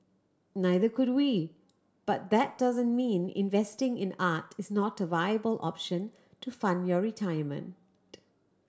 neither could we but that doesn't mean investing in art is not a viable option to fund your retirement